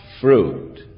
fruit